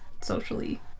socially